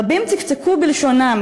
רבים צקצקו בלשונם,